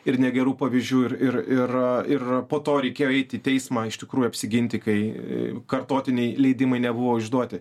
ir negerų pavyzdžių ir ir ir ir po to reikėjo eiti į teismą iš tikrųjų apsiginti kai kartotiniai leidimai nebuvo išduoti